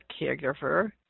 caregiver